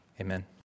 Amen